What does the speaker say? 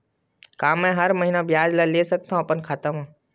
का मैं हर महीना ब्याज ला ले सकथव अपन खाता मा?